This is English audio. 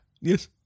yes